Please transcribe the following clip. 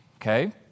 Okay